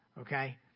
okay